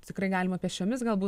tikrai galima pėsčiomis galbū